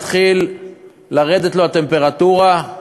מתחילה לרדת בו הטמפרטורה,